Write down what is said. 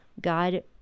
God